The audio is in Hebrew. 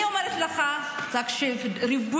אני אומרת לך, תקשיב.